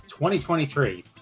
2023